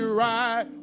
right